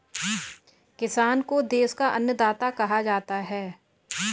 किसान को देश का अन्नदाता कहा जाता है